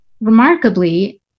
remarkably